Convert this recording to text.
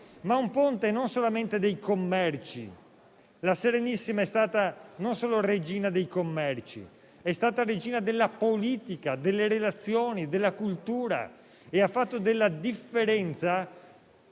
ma come ponte non solamente dei commerci. La Serenissima è stata non solo regina dei commerci, ma anche della politica, delle relazioni, della cultura e ha fatto della differenza